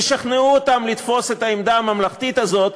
תשכנעו אותם לתפוס את העמדה הממלכתית הזאת,